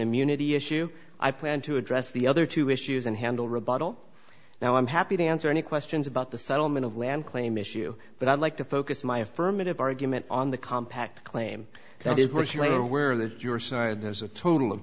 immunity issue i plan to address the other two issues and handle rebuttal now i'm happy to answer any questions about the settlement of land claim issue but i'd like to focus my affirmative argument on the compact claim that is your side there's a total of